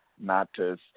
matters